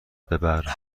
ببر